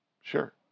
Sure